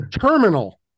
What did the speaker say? Terminal